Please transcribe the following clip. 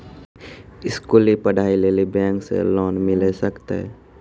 स्कूली पढ़ाई लेली बैंक से लोन मिले सकते?